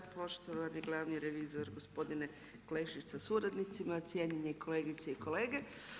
Poštovani glavni revizor gospodine Klešić sa suradnicima, cijenjene kolegice i kolege.